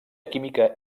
química